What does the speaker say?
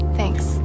Thanks